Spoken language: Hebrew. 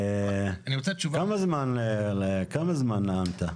כמה זמן נאמת?